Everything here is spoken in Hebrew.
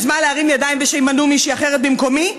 אז מה, להרים ידיים ושימנו מישהי אחרת במקומי?